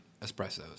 espressos